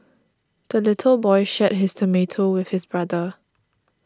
the little boy shared his tomato with his brother